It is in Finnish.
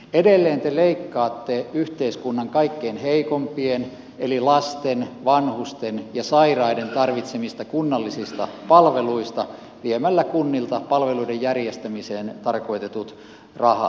edelleen te leikkaatte yhteiskunnan kaikkein heikoimpien eli lasten vanhusten ja sairaiden tarvitsemista kunnallisista palveluista viemällä kunnilta palveluiden järjestämiseen tarkoitetut rahat